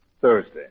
Thursday